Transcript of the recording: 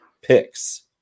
picks